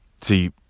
See